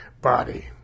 body